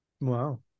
Wow